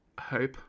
hope